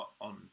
on